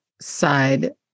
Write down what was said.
side